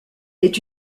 est